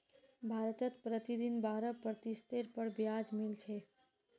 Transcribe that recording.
भारतत प्रतिदिन बारह प्रतिशतेर पर ब्याज मिल छेक